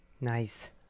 Nice